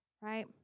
right